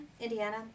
Indiana